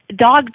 Dog